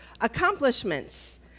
accomplishments